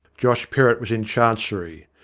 josh perrott was in chancery.